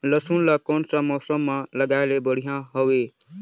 लसुन ला कोन सा मौसम मां लगाय ले बढ़िया हवे?